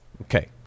Okay